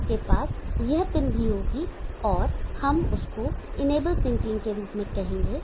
आपके पास यह पिन भी होगी और हम उसको इनेबल सिंकिंग के रूप में कहेंगे